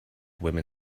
women